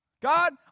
God